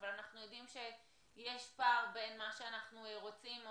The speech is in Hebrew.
אבל אנחנו יודעים שיש פער בין מה שאנחנו רוצים או